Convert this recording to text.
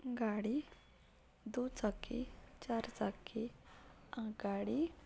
गाडी दुचाकी चार चाकी गाडी